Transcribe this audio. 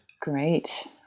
Great